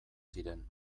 ziren